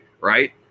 right